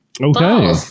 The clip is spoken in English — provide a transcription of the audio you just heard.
Okay